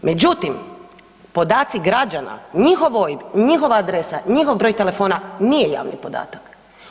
Međutim, podaci građana, njihov OIB, njihova adresa, njihov broj telefona nije javni podatak.